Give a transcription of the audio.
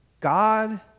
God